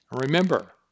Remember